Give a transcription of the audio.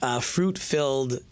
fruit-filled